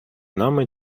нами